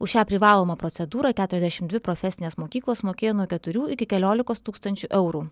už šią privalomą procedūrą keturiasdešim dvi profesinės mokyklos mokėjo nuo keturių iki keliolikos tūkstančių eurų